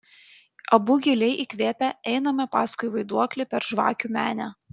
abu giliai įkvėpę einame paskui vaiduoklį per žvakių menę